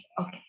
okay